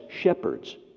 shepherds